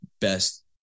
best